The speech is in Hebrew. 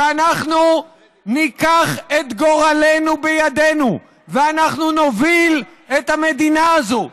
שאנחנו ניקח את גורלנו בידנו ואנחנו נוביל את המדינה הזו,